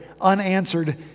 unanswered